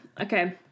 Okay